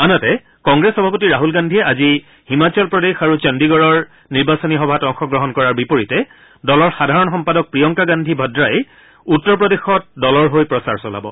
আনহাতে কংগ্ৰেছ সভাপতি ৰাহল গান্ধীয়ে আজি হিমাচল প্ৰদেশ আৰু চণ্ডীগড়ৰ নিৰ্বাচনী সভাত অংশগ্ৰহণ কৰাৰ বিপৰীতে দলৰ সাধাৰণ সম্পাদক প্ৰিয়ংকা গান্ধী ভদ্ৰাই উত্তৰ প্ৰদেশত দলৰ হৈ প্ৰচাৰ চলাব